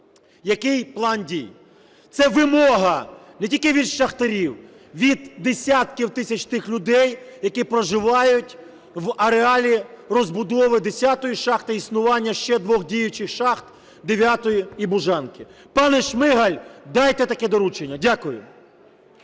який план дій. Це вимога не тільки від шахтарів, від десятків тисяч тих людей, які проживають в ареалі розбудови 10-ї шахти і існування ще двох діючих шахт – 9-ї і "Бужанки". Пане Шмигаль, дайте таке доручення. Дякую.